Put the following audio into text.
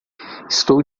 estou